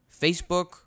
Facebook